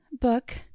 book